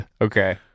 Okay